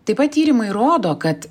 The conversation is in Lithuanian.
taip pat tyrimai rodo kad